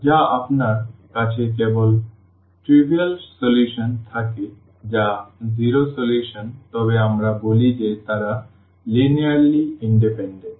যদি আপনার কাছে কেবল তুচ্ছ সমাধান থাকে যা শূন্য সমাধান তবে আমরা বলি যে তারা লিনিয়ারলি ইন্ডিপেন্ডেন্ট